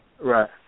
Right